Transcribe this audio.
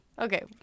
Okay